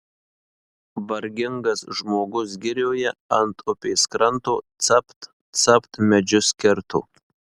vargingas žmogus girioje ant upės kranto capt capt medžius kirto